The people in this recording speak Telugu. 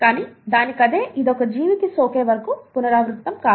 కానీ దానికదే ఇది ఒక జీవికి సోకే వరకు పునరావృతం కాదు